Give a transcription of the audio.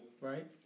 Right